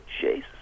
Jesus